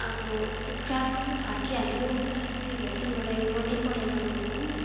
अब त्यो ट्र्याक पनि फाटिहाल्यो त्यही भएर चाहिँ मलाई मनै परेन लाउनु